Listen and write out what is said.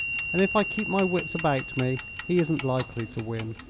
and if i keep my wits about me he isn't likely to win.